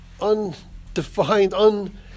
undefined